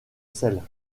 selle